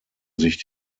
sich